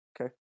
Okay